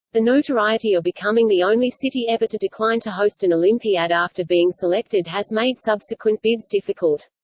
the notoriety of becoming the only city ever to decline to host an olympiad after being selected has made subsequent bids difficult.